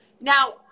Now